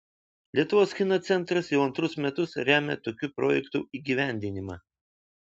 lietuvos kino centras jau antrus metus remia tokių projektų įgyvendinimą